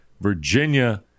virginia